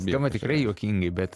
skamba tikrai juokingai bet